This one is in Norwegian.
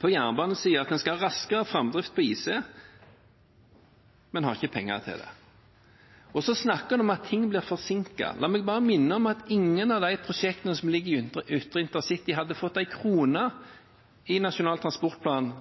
på jernbanesiden at man skal ha raskere framdrift på IC, men har ikke penger til det. Og så snakker man om at ting blir forsinket. La meg bare minne om at ingen av de prosjektene som ligger i ytre intercity hadde fått en krone i Nasjonal transportplan